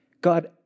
God